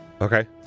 Okay